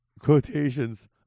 quotations